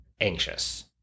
anxious